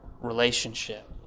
relationship